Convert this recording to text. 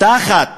תחת